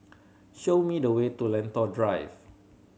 show me the way to Lentor Drive